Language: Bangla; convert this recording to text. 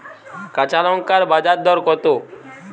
কাঁচা লঙ্কার বাজার দর কত?